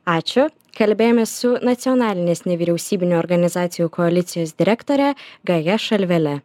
ačiū kalbėjomės su nacionalinės nevyriausybinių organizacijų koalicijos direktore gaja šalvele